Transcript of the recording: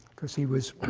because he was